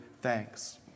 thanks